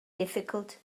difficult